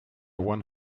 one